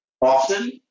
often